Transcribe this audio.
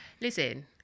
listen